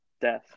death